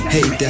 Hey